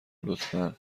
لطفا